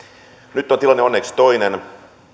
nyt on tilanne onneksi toinen